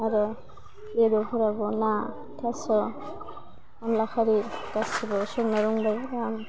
आरो बेदरफोराबो ना थास' अनला खारि गासिबो संनो रोंबाय आं